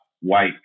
white